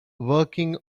working